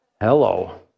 Hello